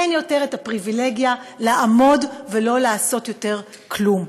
אין יותר את הפריבילגיה לעמוד ולא לעשות יותר כלום,